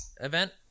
event